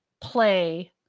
play